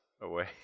away